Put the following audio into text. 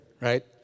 right